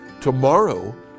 Tomorrow